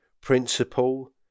principle